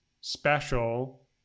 special